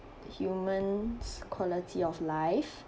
humans quality of life